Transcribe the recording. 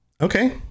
Okay